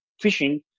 fishing